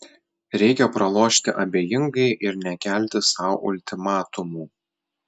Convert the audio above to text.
reikia pralošti abejingai ir nekelti sau ultimatumų